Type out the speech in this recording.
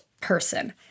person